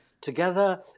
together